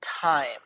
time